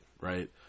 right